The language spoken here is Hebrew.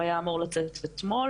הוא היה אמור לצאת אתמול,